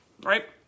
Right